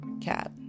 Cat